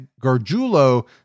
Gargiulo